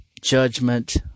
judgment